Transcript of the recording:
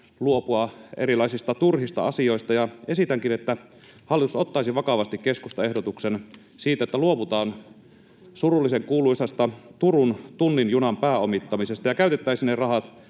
luopua erilaisista turhista asioista, ja esitänkin, että hallitus ottaisi vakavasti keskustan ehdotuksen siitä, että luovutaan surullisenkuuluisasta Turun tunnin junan pääomittamisesta ja käytettäisiin ne rahat,